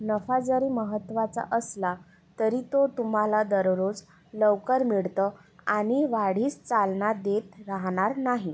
नफा जरी महत्त्वाचा असला तरी तो तुम्हाला दररोज लवकर मिळतं आणि वाढीस चालना देत राहणार नाही